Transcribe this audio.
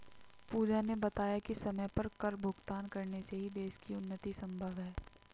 पूजा ने बताया कि समय पर कर भुगतान करने से ही देश की उन्नति संभव है